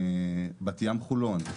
בת ים-חולון,